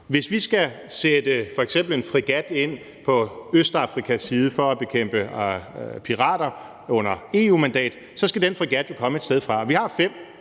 Hvis vi f.eks. skal sætte en fregat ind ved Østafrikas kyst for at bekæmpe pirater under EU-mandat, så skal den fregat jo komme et sted fra.